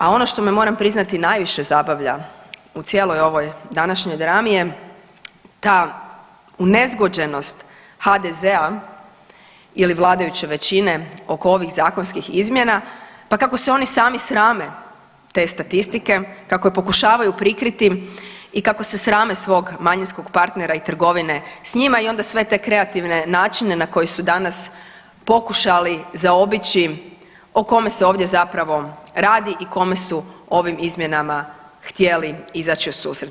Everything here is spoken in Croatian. A ono što me moram priznati najviše zabavlja u cijeloj ovoj današnjoj drami je ta unezgođenost HDZ-a ili vladajuće većine oko ovih zakonskih izmjena, pa kako se oni sami srame te statistike, kako je pokušavaju prikriti i kako se srame svog manjinskog partnera i trgovine s njima i onda sve te kreativne načine na koji su danas pokušali zaobići o kome se ovdje zapravo radi i kome su ovim izmjenama htjeli izaći u susret.